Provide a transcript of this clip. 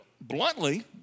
bluntly